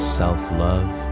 self-love